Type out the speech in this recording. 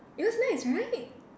it was nice right